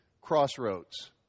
crossroads